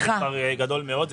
זה כפי שפילחנו